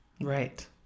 right